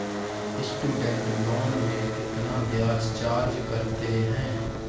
Student loan में कितना ब्याज चार्ज करते हैं?